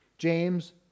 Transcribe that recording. James